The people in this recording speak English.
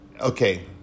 okay